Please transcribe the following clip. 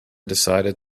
decided